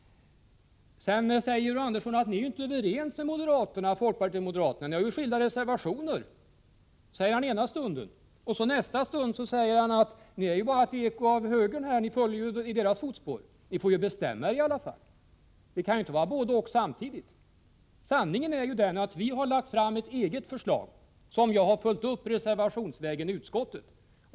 Folkpartiet och moderaterna är inte överens — ni har ju skilda reservationer, säger Georg Andersson ena stunden, och nästa säger han att folkpartiet är bara ett eko av högern. Georg Andersson får bestämma sig. Det kan ju inte vara på båda sätten samtidigt. Sanningen är den att vi har lagt fram ett eget förslag som jag har följt upp reservationsvägen i utskottet.